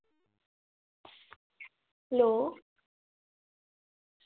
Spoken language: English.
hello